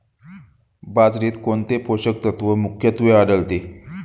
बाजरीत कोणते पोषक तत्व मुख्यत्वे आढळते?